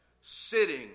sitting